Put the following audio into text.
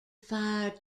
fired